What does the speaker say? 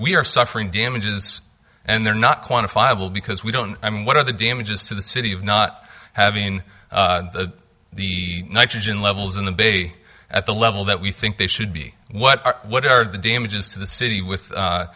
we are suffering damages and they're not quantifiable because we don't i mean what are the damages to the city of not having the nitrogen levels in the bay at the level that we think they should be what are what are the damages to the city with